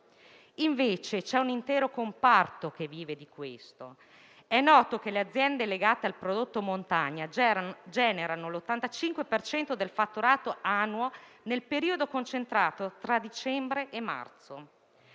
Invece c'è un intero comparto che vive di questo. È noto che le aziende legate al prodotto montagna generano l'85 per cento del fatturato annuo nel periodo concentrato tra dicembre e marzo.